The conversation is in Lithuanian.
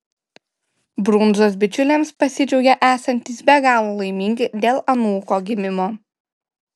brundzos bičiuliams pasidžiaugė esantys be galo laimingi dėl anūko gimimo